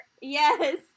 Yes